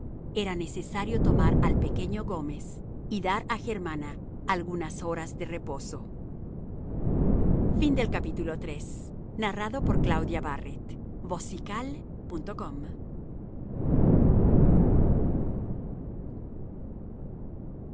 era necesario tomar al pequeño gómez y dar a germana algunas horas de reposo iv